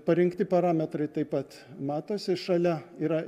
parinkti parametrai taip pat matosi šalia yra